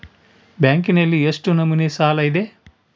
ಬ್ಯಾಂಕಿನಲ್ಲಿ ಎಷ್ಟು ನಮೂನೆ ಸಾಲ ಇದೆ?